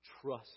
trust